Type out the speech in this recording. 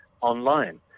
Online